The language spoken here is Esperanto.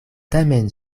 tamen